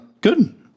Good